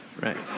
right